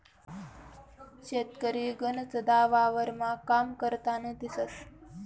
शेतकरी गनचदा वावरमा काम करतान दिसंस